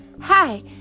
hi